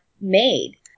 made